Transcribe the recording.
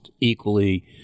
equally